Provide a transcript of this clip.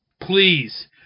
Please